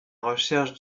recherche